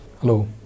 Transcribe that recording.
Hello